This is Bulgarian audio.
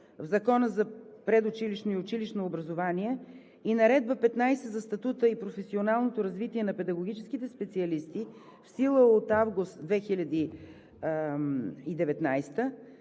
в Закона за предучилищното и училищното образование и Наредба № 15 за статута и професионалното развитие на педагогическите специалисти, в сила от месец август 2019